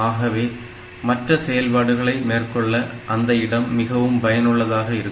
ஆகவே மற்ற செயல்பாடுகளை மேற்கொள்ள அந்த இடம் மிகவும் பயனுள்ளதாக இருக்கும்